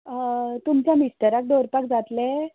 तुमच्या मिस्टराक दवरपाक जातलें